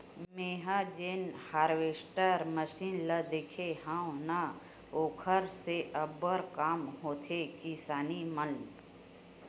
मेंहा जेन harvester machine ल देखे हव न ओखर से अब्बड़ काम होथे किसानी मन